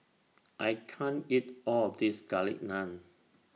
I can't eat All of This Garlic Naan